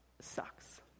sucks